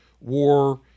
War